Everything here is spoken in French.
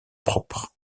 propre